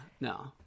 No